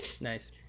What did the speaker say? nice